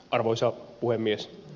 arvoisa puhemies